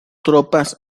tropas